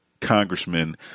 congressman